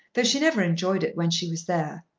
though she never enjoyed it when she was there.